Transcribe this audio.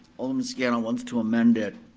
alderman scannell wants to amend that